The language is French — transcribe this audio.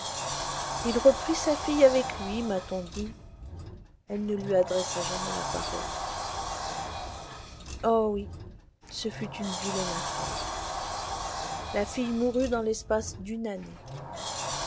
il reprit sa fille avec lui m'a-t-on dit elle ne lui adressa jamais la parole oh oui ce fut une vilaine affaire la fille mourut dans l'espace d'une année